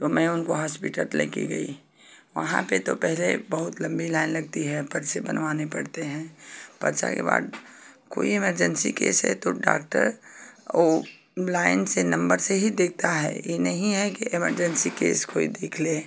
तो मैं उनको हॉस्पिटल ले कर गई वहाँ पर तो पहले बहुत लम्बी लाइन लगती है पर्चे बनवाने पड़ते हैं पर्चा के बाद कोई इमरजेंसी केस है तो डाक्टर ओ लाइन से नम्बर से ही देखता है ये नहीं है कि इमरजेंसी केस कोई देख ले